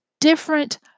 different